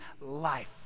life